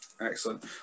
excellent